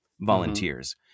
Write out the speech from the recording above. Volunteers